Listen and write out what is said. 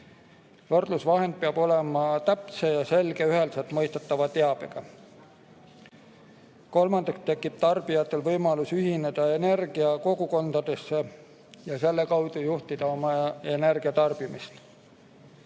Võrdlusvahend peab [pakkuma] täpset ja selget, üheselt mõistetavat teavet. Kolmandaks tekib tarbijatel võimalus ühineda energiakogukondadesse ja selle kaudu juhtida oma energiatarbimist.